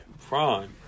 Prime